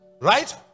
Right